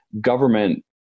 government